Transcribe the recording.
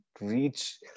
reach